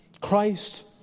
Christ